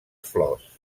flors